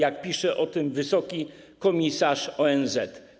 Tak pisze o tym wysoki komisarz ONZ.